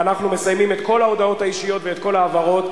ואנחנו מסיימים את כל ההודעות האישיות ואת כל ההבהרות.